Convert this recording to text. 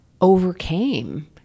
overcame